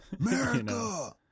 America